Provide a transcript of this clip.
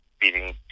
beating